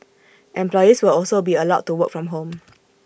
employees will also be allowed to work from home